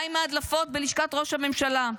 מה עם ההדלפות בלשכת ראש הממשלה?